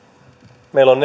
meillä on